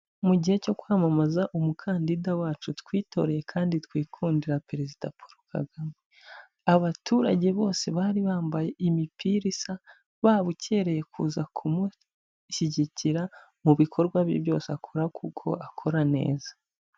Mu gihe cyo kwamamaza umukandida wacu twitoreye kandi twikundira, Perezida Paul Kagame, abaturage bose bari bambaye imipira isa babukereye kuza kumushyigikira, mu bikorwa bye byose akora kuko akora neza.